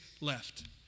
left